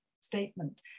statement